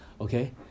Okay